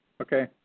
Okay